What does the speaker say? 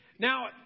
Now